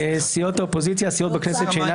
הסיעות בכנסת שאינן